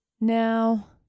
now